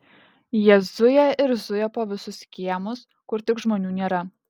jie zuja ir zuja po visus kiemus kur tik žmonių nėra